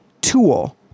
tool